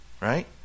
Right